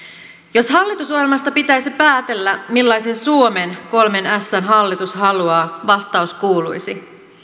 jos hallitusohjelmasta pitäisi päätellä millaisen suomen kolmen ässän hallitus haluaa vastaus kuuluisi